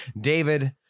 David